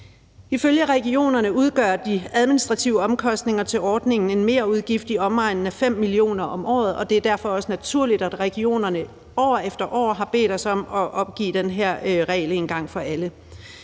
Ifølge regionerne udgør de administrative omkostninger til ordningen en merudgift i omegnen af 5 mio. kr. om året, og det er derfor også naturligt, at regionerne år efter år har bedt os om at opgive den her regel en gang for alle.